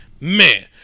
man